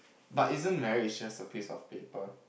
but isn't marriage just a piece of paper